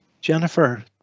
Jennifer